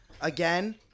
again